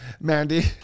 Mandy